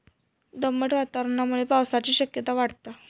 दमट वातावरणामुळे पावसाची शक्यता वाढता